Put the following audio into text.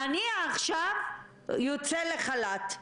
אני עכשיו יוצא לחל"ת?